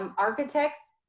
um architects,